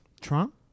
Trump